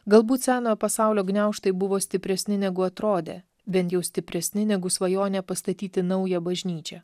galbūt senojo pasaulio gniaužtai buvo stipresni negu atrodė bent jau stipresni negu svajonė pastatyti naują bažnyčią